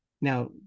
Now